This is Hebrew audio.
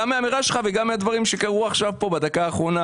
גם מהאמירה שלך וגם מהדברים שקרו עכשיו פה בדקה האחרונה.